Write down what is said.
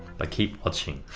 but keep watching.